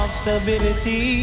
stability